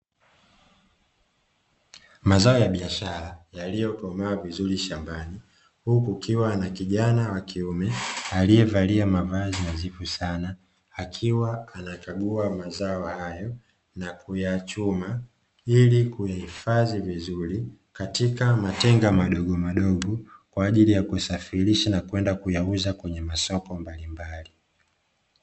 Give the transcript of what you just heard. Mazao ya biashara yaliyokomaa vizuri shambani huku kukiwa na kijana wa kiume aliyevalia mavazi nadhifu sana akiwa anayakagua mazao hayo na kuyachuma; ili kuyahifadhi vizuri katika matenga madogomadogo kwa ajili ya kusafirisha na kwenda kuyauza kwenye masoko mbalimbali.